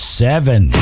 seven